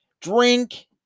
drink